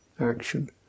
action